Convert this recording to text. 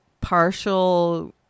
partial